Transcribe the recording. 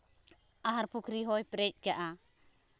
ᱟᱦᱟᱨ ᱯᱩᱠᱷᱨᱤ ᱦᱚᱸᱭ ᱯᱮᱨᱮᱡ ᱠᱟᱜᱼᱟ